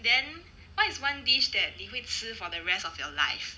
then what is one dish that 你会吃 for the rest of your life